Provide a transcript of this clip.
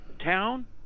town